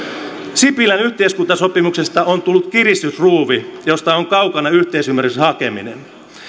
sipilän yhteiskuntasopimuksesta on tullut kiristysruuvi josta on kaukana yhteisymmärryksen hakeminen